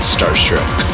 Starstruck